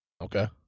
Okay